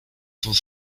some